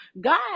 God